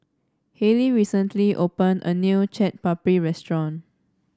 Hallie recently opened a new Chaat Papri restaurant